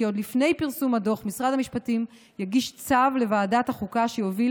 כי עוד לפני פרסום הדוח משרד המשפטים יגיש צו לוועדת החוקה שיוביל